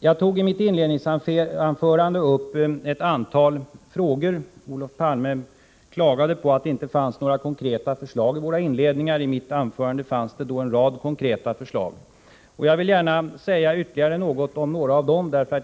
Jag togi mitt inledningsanförande upp ett antal frågor. Olof Palme klagade på att det inte fanns några konkreta förslag i våra inlägg. I mitt anförande fanns en rad konkreta förslag. Jag vill gärna säga ytterligare något om dessa förslag.